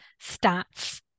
stats